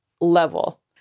level